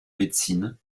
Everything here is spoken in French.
médecine